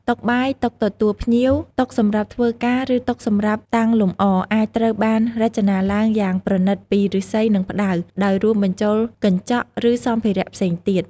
តុបាយ តុទទួលភ្ញៀវ តុសម្រាប់ធ្វើការ ឬតុសម្រាប់តាំងលម្អ អាចត្រូវបានរចនាឡើងយ៉ាងប្រណិតពីឫស្សី និងផ្តៅ ដោយរួមបញ្ចូលកញ្ចក់ ឬសម្ភារៈផ្សេងទៀត។